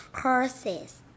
Horses